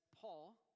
Paul